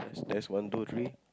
is as one two three